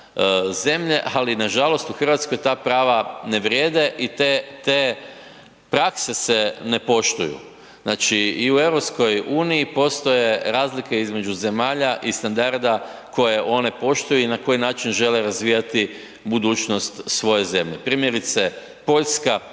ali nažalost u Hrvatskoj ta prava ne vrijede i te prakse se ne poštuju. Znači i u EU postoje razlike između zemalja i standarda koje one poštuju i na koji način žele razvijati budućnost svoje zemlje. Primjerice Poljska